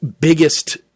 biggest